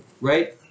right